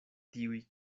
tiuj